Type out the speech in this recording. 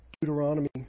Deuteronomy